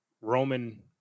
Roman